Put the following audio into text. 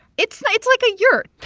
it's it's like a yurt.